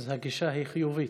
אז הגישה היא חיובית?